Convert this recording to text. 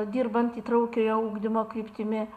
dirbant įtraukiojo ugdymo kryptimi